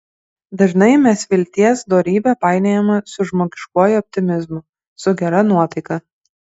dažnai mes vilties dorybę painiojame su žmogiškuoju optimizmu su gera nuotaika